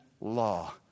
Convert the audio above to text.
law